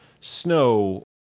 snow